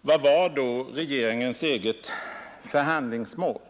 Vad var då regeringens eget förhandlingsmål?